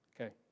Okay